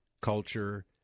culture